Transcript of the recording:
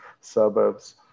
suburbs